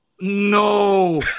no